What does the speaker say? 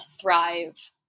Thrive